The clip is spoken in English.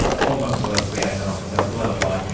former police liaison officer luella bligh,